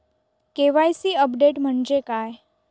KYC update म्हणजे काय?